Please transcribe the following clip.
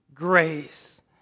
grace